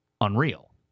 unreal